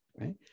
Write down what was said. Right